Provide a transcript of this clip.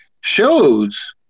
shows –